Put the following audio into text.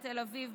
בתל אביב,